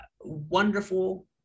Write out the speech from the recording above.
wonderful